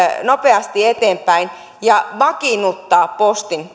nopeasti eteenpäin ja on vakiinnutettava postin